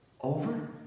over